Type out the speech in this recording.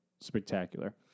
spectacular